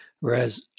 Whereas